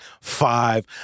five